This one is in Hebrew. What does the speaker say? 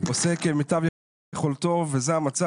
עושה כמיטב יכולתו ולא מוצא?